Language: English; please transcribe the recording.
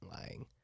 lying